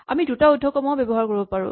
আমি দুটা উদ্ধকমাও ব্যৱহাৰ কৰিব পাৰো